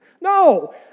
No